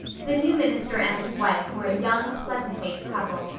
the new minister and his wife were a young, pleasant-faced couple,